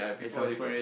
example